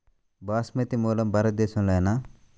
బాస్మతి మూలం భారతదేశంలోనా?